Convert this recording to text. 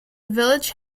village